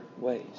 ways